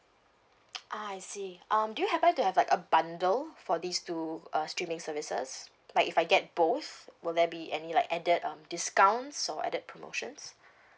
ah I see um do you happen to have like a bundle for these two uh streaming services like if I get both will there be any like added um discounts or added promotions